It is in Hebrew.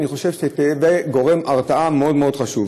אני חושב שיהיו גורם הרתעה מאוד מאוד חשוב.